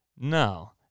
no